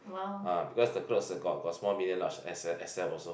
ah because the clothes ah got got small medium large X_X_L also